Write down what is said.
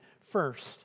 first